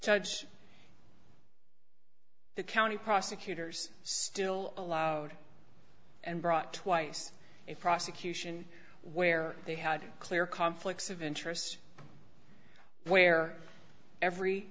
judge the county prosecutors still allowed and brought twice a prosecution where they had clear conflicts of interests where every